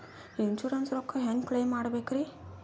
Insurance ರೊಕ್ಕ ಹೆಂಗ claim ಮಾಡ್ಬೇಕ್ರಿ?